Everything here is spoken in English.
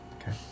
Okay